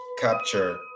capture